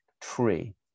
tree